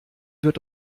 wird